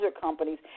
companies